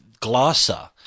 glossa